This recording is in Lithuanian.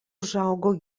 užaugo